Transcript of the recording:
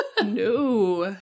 No